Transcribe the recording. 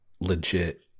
legit